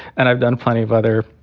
and i've done plenty of other